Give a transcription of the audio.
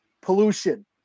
pollution